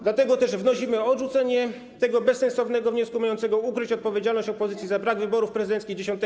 Dlatego też wnosimy o odrzucenie tego bezsensownego wniosku, mającego ukryć odpowiedzialność opozycji za brak wyborów prezydenckich 10 maja.